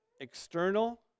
external